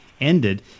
ended